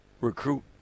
recruit